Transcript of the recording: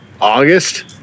August